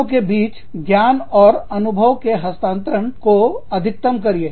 स्थानों के बीच ज्ञान और अनुभव के हस्तांतरण को अधिकतम करिए